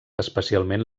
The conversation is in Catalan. especialment